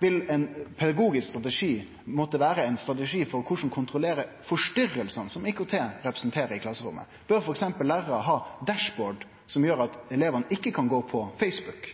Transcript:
vil ein pedagogisk strategi måtte vere ein strategi for korleis ein skal handtere forstyrringane som IKT representerer i klasserommet. Bør f.eks. lærarar ha dashbord som gjer at elevane ikkje kan gå på Facebook?